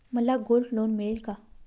मला gold loan मिळेल का?